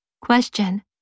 Question